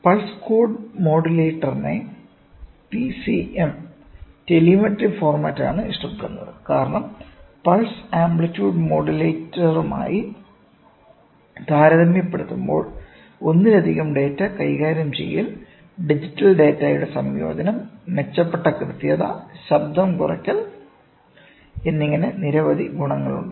pulse code മോഡുലേറ്ററിനെ PCM telemetry ഫോർമാറ്റാണ് ഇഷ്ടപ്പെടുന്നത് കാരണം പൾസ്ഡ് ആംപ്ലിറ്റ്യൂഡ് മോഡുലേറ്ററുമായി താരതമ്യപ്പെടുത്തുമ്പോൾ ഒന്നിലധികം ഡാറ്റ കൈകാര്യം ചെയ്യൽ ഡിജിറ്റൽ ഡാറ്റയുടെ സംയോജനം മെച്ചപ്പെട്ട കൃത്യത ശബ്ദം കുറയ്ക്കൽ എന്നിങ്ങനെ നിരവധി ഗുണങ്ങളുണ്ട്